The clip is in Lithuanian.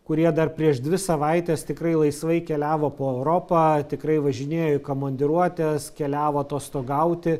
kurie dar prieš dvi savaites tikrai laisvai keliavo po europą tikrai važinėjo į kamandiruotes keliavo atostogauti